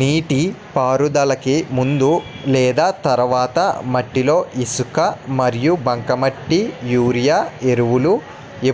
నీటిపారుదలకి ముందు లేదా తర్వాత మట్టిలో ఇసుక మరియు బంకమట్టి యూరియా ఎరువులు